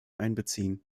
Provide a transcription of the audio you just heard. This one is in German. einbeziehen